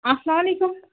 اَسَلام وعلیکُم